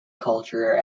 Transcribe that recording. culture